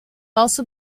also